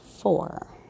four